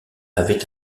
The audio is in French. avait